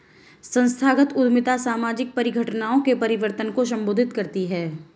संस्थागत उद्यमिता सामाजिक परिघटनाओं के परिवर्तन को संबोधित करती है